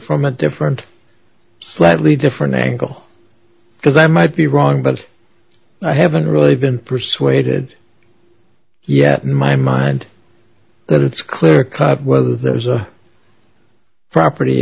from a different slightly different angle because i might be wrong but i haven't really been persuaded yet in my mind that it's clear cut whether there's a property